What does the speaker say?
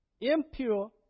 impure